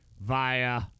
via